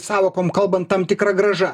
sąvokom kalbant tam tikra grąža